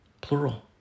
Plural